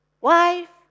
Wife